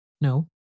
No